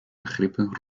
begrippen